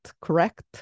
correct